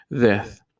death